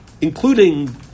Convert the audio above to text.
including